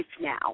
now